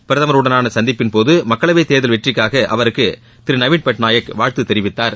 பிரதமருடனான சந்திப்பின்போது மக்களவைத் தேர்தல் வெற்றிக்காக அவருக்கு திரு நவீன் பட்நாயக் வாழ்த்து தெரிவித்தார்